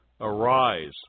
Arise